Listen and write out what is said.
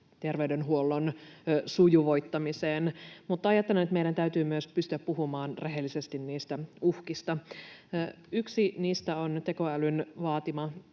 terveydenhuollon sujuvoittamiseen, mutta ajattelen, että meidän täytyy myös pystyä puhumaan rehellisesti niistä uhkista. Yksi niistä on tekoälyn vaatima